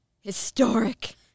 historic